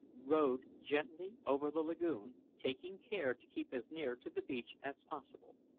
rowed gently over the lagoon, taking care to keep as near to the beach as possible.